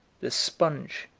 the sponge,